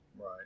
right